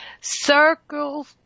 Circle